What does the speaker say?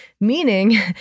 meaning